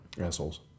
Assholes